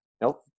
Nope